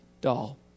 doll